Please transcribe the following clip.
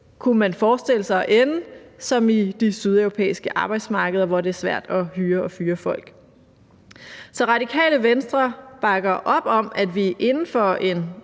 kunne man forestille sig, at det ender som i de sydeuropæiske arbejdsmarkeder, hvor det er svært at hyre og fyre folk. Så Radikale Venstre bakker op om, at vi inden for en